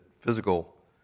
physical